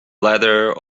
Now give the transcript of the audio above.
ladder